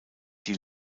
die